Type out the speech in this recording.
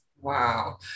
Wow